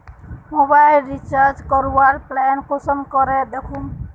Mobile recharge करवार plan कुंसम करे दखुम?